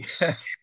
yes